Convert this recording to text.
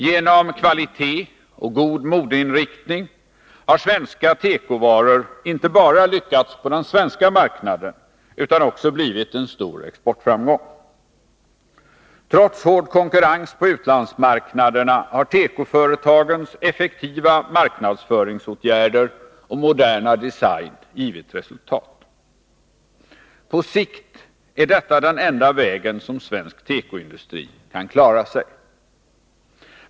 Genom kvalitet och god modeinriktning har svenska tekovaror inte bara lyckats på den svenska marknaden utan även blivit en stor exportframgång. Trots hård konkurrens på utlandsmarknaderna har tekoföretagens effektiva marknadsföringsåtgärder och moderna design givit resultat. På sikt är detta den enda vägen som svensk tekoindustri kan klara sig på.